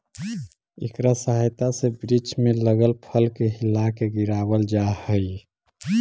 इकरा सहायता से वृक्ष में लगल फल के हिलाके गिरावाल जा हई